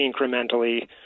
incrementally